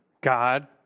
God